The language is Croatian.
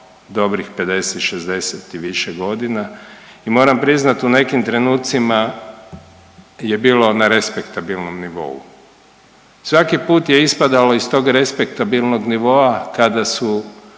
dobrih 50, 60 i više godina. I moram priznati u nekim trenucima je bilo na respektabilnom nivou. Svaki put je ispadalo iz tog respektabilnog nivoa kada su